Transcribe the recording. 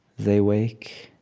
they wake.